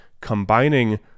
combining